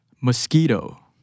mosquito